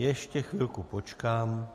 Ještě chvilku počkám.